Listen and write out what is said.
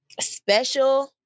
special